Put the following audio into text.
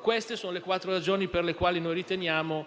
Queste sono le quattro ragioni per le quali riteniamo